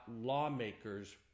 lawmakers